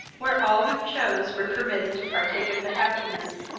where all who chose were permitted to partake of the happiness,